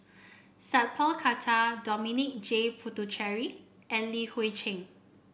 Sat Pal Khattar Dominic J Puthucheary and Li Hui Cheng